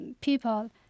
people